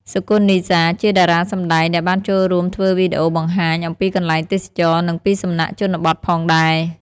សុគន្ធ និសា ជាតារាសម្តែងដែលបានចូលរួមធ្វើវីដេអូបង្ហាញអំពីកន្លែងទេសចរណ៍ និងពីសំណាក់ជនបទផងដែរ។